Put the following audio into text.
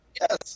Yes